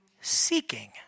seeking